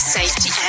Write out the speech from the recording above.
Safety